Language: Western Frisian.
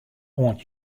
oant